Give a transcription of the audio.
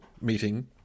meeting